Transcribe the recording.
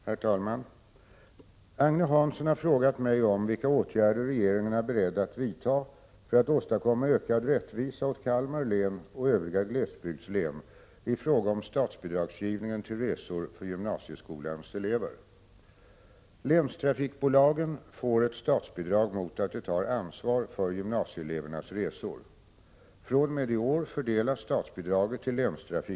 Herr talman! Agne Hansson har frågat mig om vilka åtgärder regeringen är beredd att vidta för att åstadkomma ökad rättvisa åt Kalmar län och övriga glesbygdslän i fråga om statsbidragsgivningen till resor för gymnasieskolans elever.